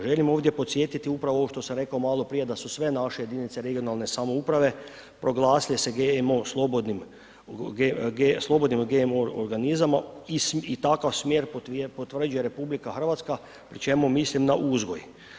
Želimo ovdje podsjetiti upravo ovo što sam rekao maloprije da su sve naše jedinice regionalne samouprave proglasila se GMO slobodnim, slobodnim od GMO-a i takav smjer potvrđuje RH pri čemu mislim na uzgoj.